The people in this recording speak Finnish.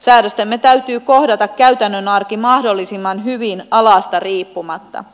säädöstemme täytyy kohdata käytännön arki mahdollisimman hyvin alasta riippumatta